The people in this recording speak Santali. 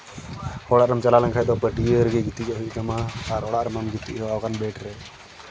ᱦᱚᱲ ᱚᱲᱟᱜ ᱮᱢ ᱪᱟᱞᱟᱣ ᱞᱮᱱᱠᱷᱟᱡ ᱫᱚ ᱯᱟᱹᱴᱭᱟᱹ ᱨᱮᱜᱮ ᱜᱤᱛᱤᱡᱚᱜ ᱦᱩᱭᱩᱜ ᱛᱟᱢᱟ ᱟᱨ ᱚᱲᱟᱜ ᱨᱮᱢᱟᱢ ᱜᱤᱛᱤᱡ ᱦᱮᱣᱟᱣ ᱠᱟᱱ ᱵᱮᱰ ᱨᱮ